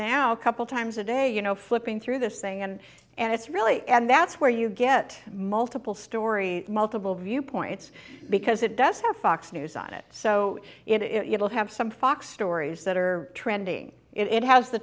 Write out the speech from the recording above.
now a couple times a day you know flipping through this thing and and it's really and that's where you get multiple stories multiple viewpoints because it does have fox news on it so it will have some fox stories that are trending it has the